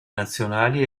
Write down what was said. nazionali